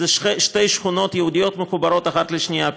הוא שתי שכונות יהודיות מחוברות אחת לשנייה,